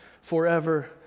forever